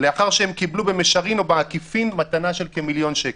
לאחר שהם קיבלו במישרין או בעקיפין מתנה של כמעט מיליון שקל.